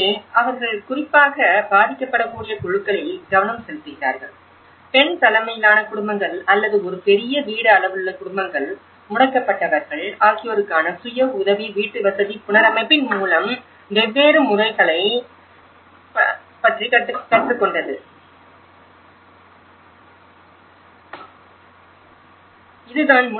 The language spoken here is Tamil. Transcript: இங்கே அவர்கள் குறிப்பாக பாதிக்கப்படக்கூடிய குழுக்களில் கவனம் செலுத்துகிறார்கள் பெண் தலைமையிலான குடும்பங்கள் அல்லது ஒரு பெரிய வீடு அளவுள்ள குடும்பங்கள் முடக்கப்பட்டவர்கள் ஆகியோருக்கான சுய உதவி வீட்டுவசதி புனரமைப்பின் மூன்று வெவ்வேறு முறைகளைப் பற்றி கற்றுக்கொண்டது இதுதான்